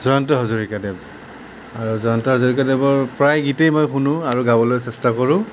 জয়ন্ত হাজৰিকাদেৱ আৰু জয়ন্ত হাজৰিকাদেৱৰ প্ৰায় গীতেই মই শুনোঁ আৰু গাবলৈ চেষ্টা কৰোঁ